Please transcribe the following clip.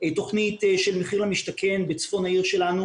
תוכנית של מחיר למשתכן בצפון העיר שלנו